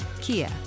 Kia